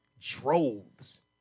droves